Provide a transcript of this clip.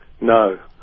no